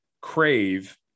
crave